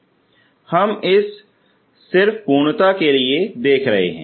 हम यह सिर्फ पूर्णता के लिए दे रहे हैं